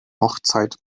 hochzeit